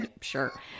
Sure